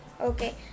Okay